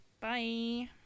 Bye